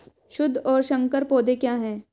शुद्ध और संकर पौधे क्या हैं?